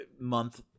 month